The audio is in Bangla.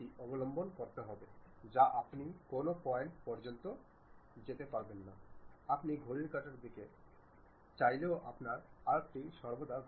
এখন আমি বর্গাকার ধরণের লিঙ্কটি চাই না তবে ট্র্যাপিজয়েডাল জাতীয় প্রিজমের মতো কিছু প্রকাশিত হবে এটি আরও একটি পিরামিড এর মত